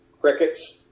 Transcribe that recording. crickets